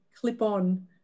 clip-on